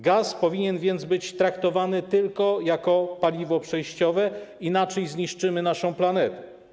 Gaz powinien więc być traktowany tylko jako paliwo przejściowe, inaczej zniszczymy naszą planetę.